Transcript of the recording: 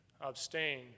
abstain